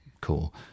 cool